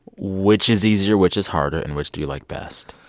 which is easier? which is harder? and which do you like best?